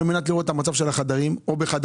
על מנת לראות את המצב של החדרים או לסייר בחדר